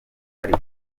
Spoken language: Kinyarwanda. bari